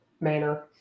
manner